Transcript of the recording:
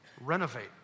renovate